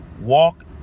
Walk